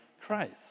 Christ